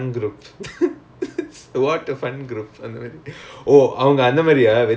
such a waste ya but it was fun it was fun from